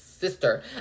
sister